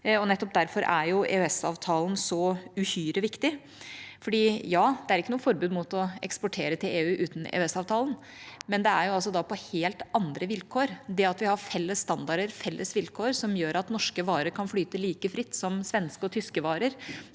og nettopp derfor er EØS-avtalen så uhyre viktig. Det er ikke noe forbud mot å eksportere til EU uten EØS-avtalen, men det er da på helt andre vilkår. Det at vi har felles standarder og felles vilkår som gjør at norske varer kan flyte like fritt som svenske og tyske varer,